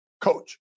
coach